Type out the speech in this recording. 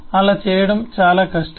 అలా చేయడం చాలా కష్టం